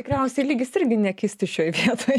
tikriausiai lygis irgi nekis tuščioj vietoj